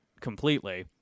completely